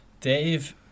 Dave